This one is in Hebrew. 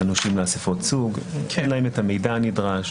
הנושים באסיפות סוג כי אין להם את המידע הנדרש